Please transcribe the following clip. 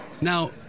Now